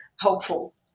Hopeful